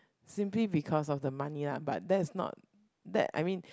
simply because of the money lah but that's not that I mean